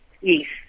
yes